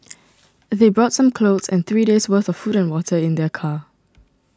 they brought some clothes and three days' worth of food and water in their car